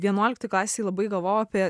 vienuoliktoj klasėj labai galvojau apie